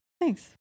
Thanks